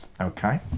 okay